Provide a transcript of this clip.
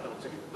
אתה רוצה לפגוע,